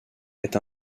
est